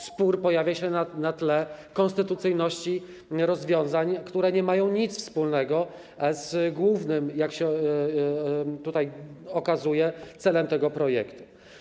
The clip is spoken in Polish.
Spór pojawia się na tle konstytucyjności rozwiązań, które nie mają nic wspólnego z głównym, jak się okazuje, celem tego projektu.